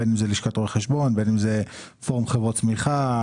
בין אם זאת לשכת רואי חשבון פורום חברות צמיחה,